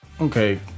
Okay